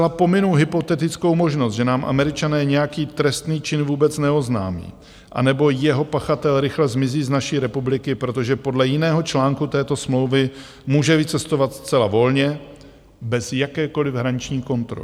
Zcela pominu hypotetickou možnost, že nám Američané nějaký trestný čin vůbec neoznámí, anebo jeho pachatel rychle zmizí z naší republiky, protože podle jiného článku této smlouvy může vycestovat zcela volně, bez jakékoliv hraniční kontroly.